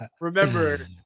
remember